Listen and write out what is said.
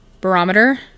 barometer